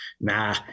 nah